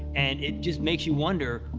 and it just makes you wonder,